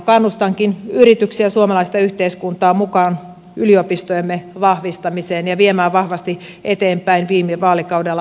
kannustankin yrityksiä ja suomalaista yhteiskuntaa mukaan yliopistojemme vahvistamiseen ja viemään vahvasti eteenpäin viime vaalikaudella aloitettua yliopistouudistusta